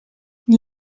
gli